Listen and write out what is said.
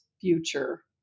future